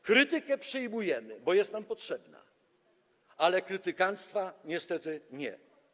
Krytykę przyjmujemy, bo jest nam potrzebna, ale krytykanctwa niestety nie.